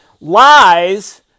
lies